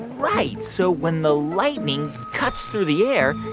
right. so when the lightning cuts through the air,